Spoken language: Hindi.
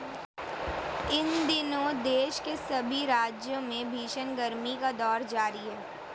इन दिनों देश के सभी राज्यों में भीषण गर्मी का दौर जारी है